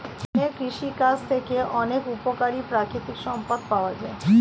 বনের কৃষিকাজ থেকে অনেক উপকারী প্রাকৃতিক সম্পদ পাওয়া যায়